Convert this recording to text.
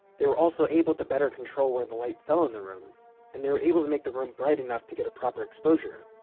they were also able to better control where and the light fell in the room and they were able to make the room bright enough to get a proper exposure.